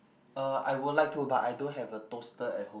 uh I would like to but I don't have a toaster at home